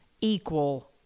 equal